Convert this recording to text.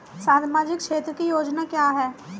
सामाजिक क्षेत्र की योजना क्या है?